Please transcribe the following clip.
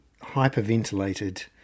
hyperventilated